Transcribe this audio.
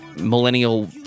millennial